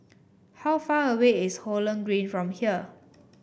how far away is Holland Green from here